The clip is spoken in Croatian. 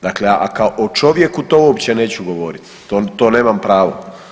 Dakle, kao o čovjeku to uopće neću govoriti, to nemam pravo.